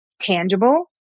tangible